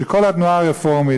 שכל התנועה הרפורמית,